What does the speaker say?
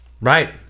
Right